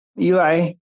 Eli